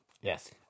Yes